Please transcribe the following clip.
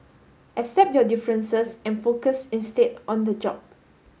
accept your differences and focus instead on the job